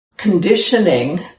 conditioning